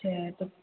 अच्छा तऽ